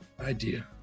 idea